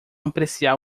apreciar